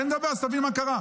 תן לי לדבר, אז תבין מה קרה.